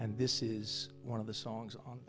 and this is one of the songs